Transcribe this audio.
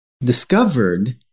discovered